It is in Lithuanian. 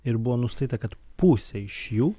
ir buvo nustatyta kad pusė iš jų